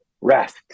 rest